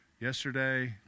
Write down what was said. Yesterday